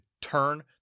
turn